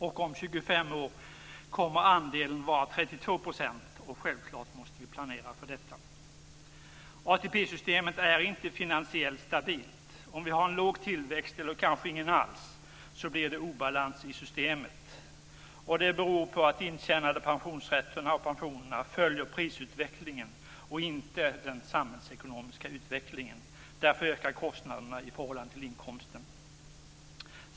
Om 25 år kommer andelen att vara 32 %. Självklart måste vi planera för detta. ATP-systemet är inte finansiellt stabilt. Om vi har en låg tillväxt eller kanske ingen alls blir det obalans i systemet. Det beror på att de intjänade pensionsrätterna och pensionerna följer prisutvecklingen och inte den samhällsekonomiska utvecklingen. Därför ökar kostnaderna i förhållande till inkomsten.